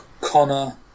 Connor